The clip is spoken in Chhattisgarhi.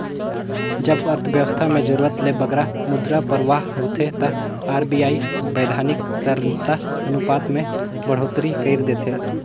जब अर्थबेवस्था में जरूरत ले बगरा मुद्रा परवाह होथे ता आर.बी.आई बैधानिक तरलता अनुपात में बड़होत्तरी कइर देथे